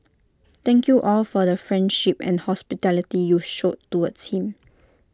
thank you all for the friendship and hospitality you showed towards him